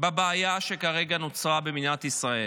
בבעיה שכרגע נוצרה במדינת ישראל.